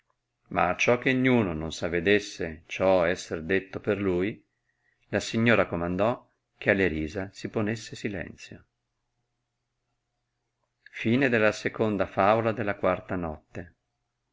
ma acciò che niuno non s avedesse ciò esser detto per lui la signora comandò che alle risa si ponesse silenzio e